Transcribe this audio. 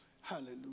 Hallelujah